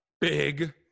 big